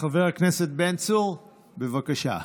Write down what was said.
חבר הכנסת בן צור, בבקשה.